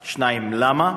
2. אם כן, למה?